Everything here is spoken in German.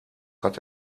hat